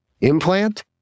Implant